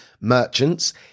merchants